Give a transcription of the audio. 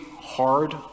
hard